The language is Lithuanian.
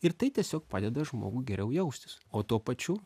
ir tai tiesiog padeda žmogui geriau jaustis o tuo pačiu